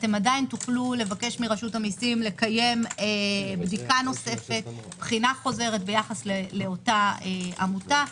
עדיין תוכלו לבקש מרשות המיסים לקיים בחינה חוזרת ביחס לאותה עמותה,